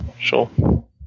Sure